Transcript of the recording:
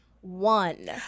one